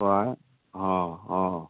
অ অ অ